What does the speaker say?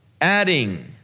Adding